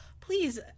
please